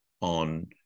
on